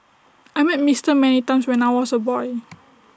I met Mister many times when I was A boy